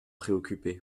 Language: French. préoccupé